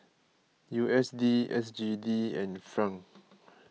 U S D S G D and Franc